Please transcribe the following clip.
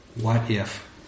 what-if